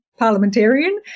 Parliamentarian